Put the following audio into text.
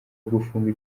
gufungwa